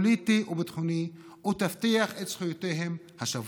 פוליטי וביטחוני ותבטיח את זכויותיהם השוות,